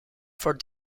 for